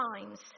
times